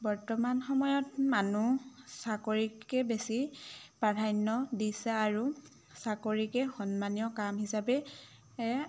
বৰ্তমান সময়ত মানুহ চাকৰিকে বেছি প্ৰাধান্য দিছে আৰু চাকৰিকে সন্মানীয় কাম হিচাপে